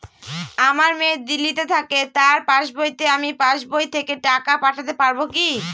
আমার মেয়ে দিল্লীতে থাকে তার পাসবইতে আমি পাসবই থেকে টাকা পাঠাতে পারব কি?